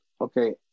okay